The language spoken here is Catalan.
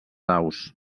aus